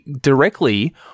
directly